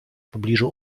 pobliżu